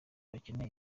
akeneye